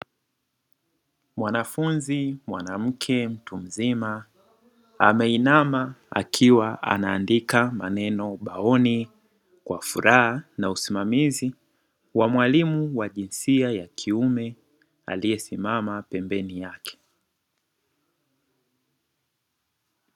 Mwanafunzi mwanamke mtu mzima, ameinama akiwa anaandika maneno ubaoni kwa furaha, na usimamizi wa mwalimu wa jinsia ya kiume, aliyesimama pembeni yake.